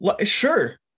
sure